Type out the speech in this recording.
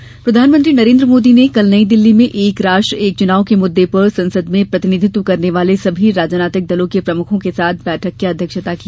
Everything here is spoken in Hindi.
एक राष्ट्र एक चुनाव प्रधानमंत्री नरेंद्र मोदी ने कल नई दिल्ली में एक राष्ट्र एक चुनाव के मुद्दे पर संसद में प्रतिनिधित्व करने वाले सभी राजनीतिक दलों के प्रमुखों के साथ बैठक की अध्यक्षता की